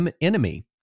enemy